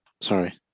Sorry